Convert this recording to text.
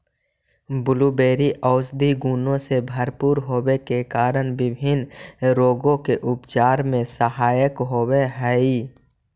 blueberry औषधीय गुणों से भरपूर होवे के कारण विभिन्न रोगों के उपचार में सहायक होव हई